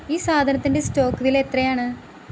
ഈ സാധനത്തിൻ്റെ സ്റ്റോക്ക് വില എത്രയാണ്